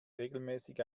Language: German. regelmäßig